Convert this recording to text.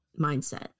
mindset